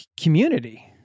community